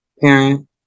parent